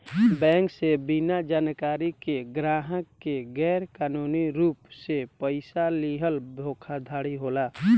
bank से बिना जानकारी के ग्राहक के गैर कानूनी रूप से पइसा लीहल धोखाधड़ी होला